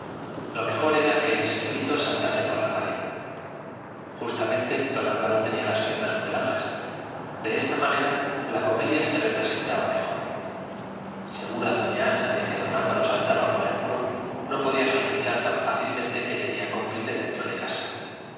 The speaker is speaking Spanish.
lo mejor era que el señorito saltase por la pared justamente don álvaro tenía las piernas muy largas de esta manera la comedia se representaba mejor segura doña ana de que don álvaro saltaba por el muro no podía sospechar tan fácilmente que tenía cómplices dentro de casa